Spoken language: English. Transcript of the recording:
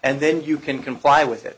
and then you can comply with it